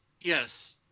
Yes